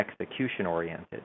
execution-oriented